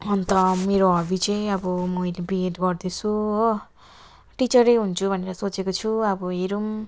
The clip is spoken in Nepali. अन्त मेरो हबी चाहिँ अब मैले बिएड गर्दैछु हो टिचरै हुन्छु भनेर सोचेको छु अब हेरौँ